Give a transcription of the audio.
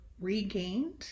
regained